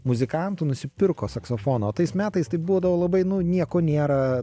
muzikantų nusipirko saksofoną o tais metais tai būdavo labai nu nieko niera